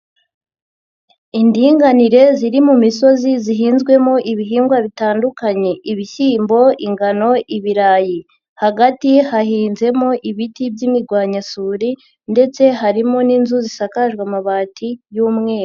Indinganire ziri mu misozi zihinzwemo ibihingwa bitandukanye, ibishyimbo, ingano, ibirayi. Hagati hahinzemo ibiti by'imirwanyasuri ndetse harimo n'inzu zisakajwe amabati y'umweru.